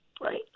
Right